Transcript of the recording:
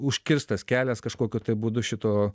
užkirstas kelias kažkokiu tai būdu šito